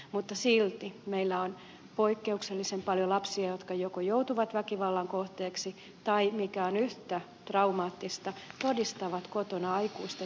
mutta silti meillä on poikkeuksellisen paljon lapsia jotka joko joutuvat väkivallan kohteeksi tai mikä on yhtä traumaattista todistavat kotona aikuisten välistä väkivaltaa